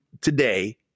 today